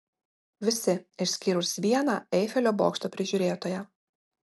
visi išskyrus vieną eifelio bokšto prižiūrėtoją